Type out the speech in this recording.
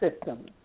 system